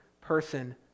person